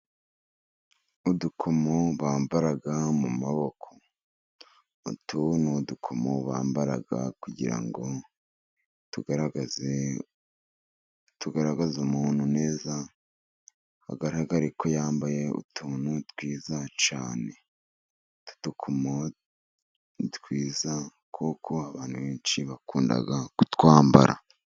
Udukomo bambara mu maboko, utu ni udukomo bambara kugira ngo tugaragaze, tugaragaze umuntu neza hagaragare ko yambaye utuntu twiza cyane. Udukomo ni twiza kuko abantu benshi bakunda kutwambara.